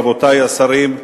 רבותי השרים,